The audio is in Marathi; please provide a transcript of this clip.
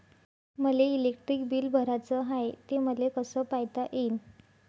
मले इलेक्ट्रिक बिल भराचं हाय, ते मले कस पायता येईन?